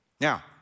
Now